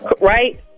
right